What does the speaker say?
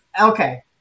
Okay